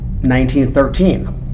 1913